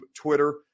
Twitter